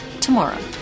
tomorrow